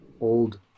old –